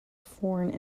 foreign